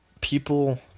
people